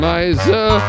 Miser